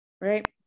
right